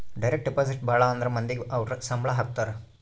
direct deposit ಭಾಳ ಅಂದ್ರ ಮಂದಿಗೆ ಅವ್ರ ಸಂಬ್ಳ ಹಾಕತರೆ